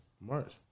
March